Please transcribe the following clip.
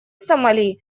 сомали